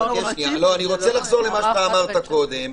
אני רוצה לחזור למה שאמרת קודם.